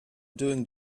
doing